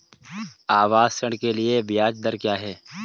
आवास ऋण के लिए ब्याज दर क्या हैं?